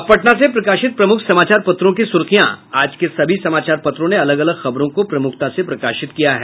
अब पटना से प्रकाशित प्रमुख समाचार पत्रों की सुर्खियां आज के सभी समाचार पत्रों ने अलग अलग खबरों को प्रमुखता से प्रकाशित किया है